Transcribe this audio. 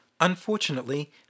Unfortunately